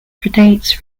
predates